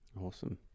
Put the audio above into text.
Awesome